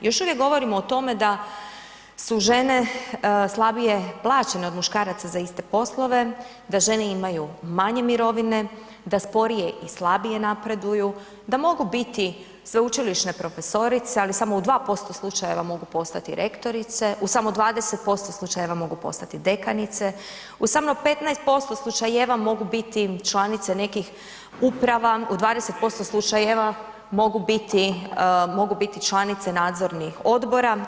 Još uvijek govorimo o tome da su žene slabije plaćene od muškaraca za iste poslove, da žene imaju manje mirovine, da sporije i slabije napreduju, da mogu biti sveučilišne profesorice ali samo u 2% slučajeva mogu postati rektorica, u samo 20% slučajeva mogu postati dekanice, u samo 15% slučajeva mogu biti članice nekih uprava, u 20% slučajeva mogu biti članice nadzornih odbora.